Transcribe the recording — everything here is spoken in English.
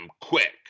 quick